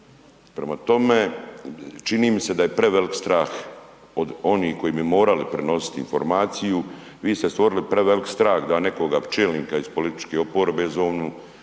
Prema tome, čini mi se da je prevelik strah od onih koji bi morali prenositi informaciju, vi ste stvorili prevelik strah da nekoga čelnika iz političke oporbe zovnu